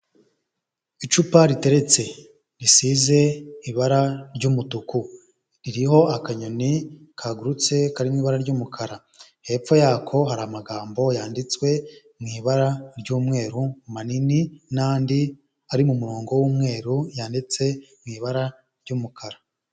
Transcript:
Icupa riteretse risize ibara ry'umutuku ririho akanyoni kagurutse karimo ibara ry'umukara, hepfo yako hari amagambo yanditswe mu ibara ry'umweru manini n'andi ari mu murongo w'umweru yanditse mu ibara ry'umukara.